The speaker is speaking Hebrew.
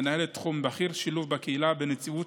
מנהלת תחום בכיר שילוב בקהילה בנציבות